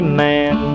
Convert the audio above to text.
man